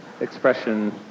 expression